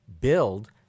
build